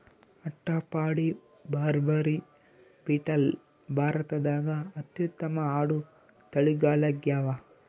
ಅಟ್ಟಪಾಡಿ, ಬಾರ್ಬರಿ, ಬೀಟಲ್ ಭಾರತದಾಗ ಅತ್ಯುತ್ತಮ ಆಡು ತಳಿಗಳಾಗ್ಯಾವ